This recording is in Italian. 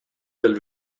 del